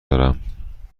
دارم